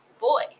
Boy